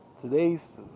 Today's